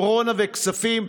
קורונה וכספים,